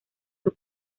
sus